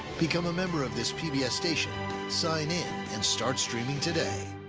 become a member of this pbs station sign in and start streaming today